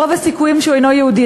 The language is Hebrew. רוב הסיכויים שהוא אינו יהודי,